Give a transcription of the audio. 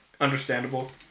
understandable